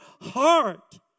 heart